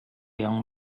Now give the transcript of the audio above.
young